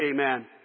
amen